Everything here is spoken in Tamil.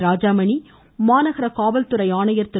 ராஜாமணி மாநகர காவல்துறை ஆணையர் திரு